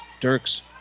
Dirks